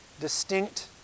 distinct